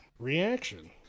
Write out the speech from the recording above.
reaction